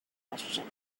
questions